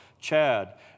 Chad